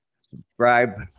subscribe